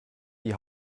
die